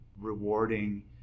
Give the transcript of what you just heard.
rewarding